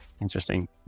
Interesting